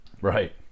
right